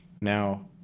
Now